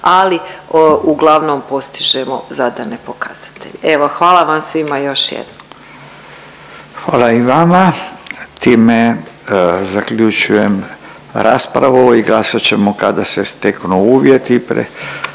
ali uglavnom postižemo zadane pokazatelje. Evo hvala vam svima još jednom. **Radin, Furio (Nezavisni)** Hvala i vama. Time zaključujem raspravu i glasat ćemo kada se steknu uvjeti.